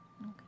Okay